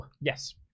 Yes